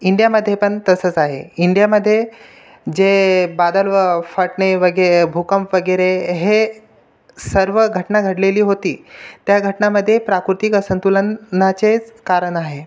इंडियामध्ये पण तसंच आहे इंडियामध्ये जे बादल व फटने वगे भूकंप वगैरे हे सर्व घटना घडलेली होती त्या घटनामध्ये प्राकृतिक असंतुलननाचेच कारण आहे